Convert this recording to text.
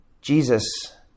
Jesus